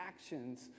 actions